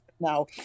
now